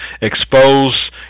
expose